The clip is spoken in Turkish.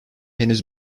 henüz